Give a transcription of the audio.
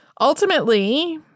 Ultimately